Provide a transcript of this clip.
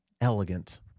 elegant